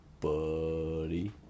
buddy